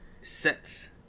sets